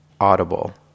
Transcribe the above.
Audible